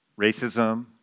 racism